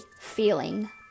feeling